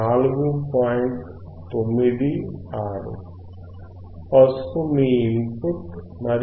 96 పసుపు మీ input మరియు నీలం మీ అవుట్ పుట్